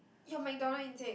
you're McDonald encik